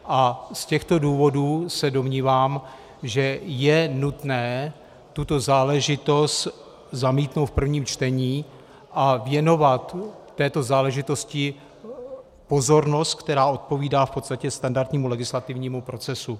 Z těchto důvodů se domnívám, že je nutné tuto záležitost zamítnout v prvním čtení a věnovat této záležitosti pozornost, která odpovídá standardnímu legislativnímu procesu.